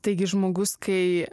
taigi žmogus kai